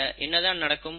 ஆக என்னதான் நடக்கும்